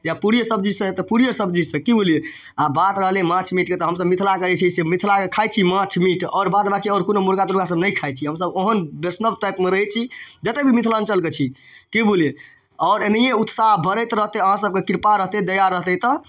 या तऽ पूड़िए सब्जीसँ हइ तऽ पूड़िए सब्जीसँ कि बुझलिए आओर बात रहलै माछ मीटके तऽ हमसब मिथिलाके जे छै से मिथिलाके खाइ छी माछ मीट आओर बाद बाकी आओर कोनो मुर्गा तुर्गासब नहि खाइ छी हमसब ओहन वैष्णव टाइपमे रहै छी जतेक भी मिथिलाञ्चलके छी कि बुझलिए आओर एनाहिए उत्साह भरैत रहतै अहाँ सबके कृपा रहतै दया रहतै तऽ